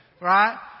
right